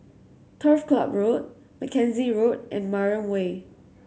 Turf Ciub Road Mackenzie Road and Mariam Way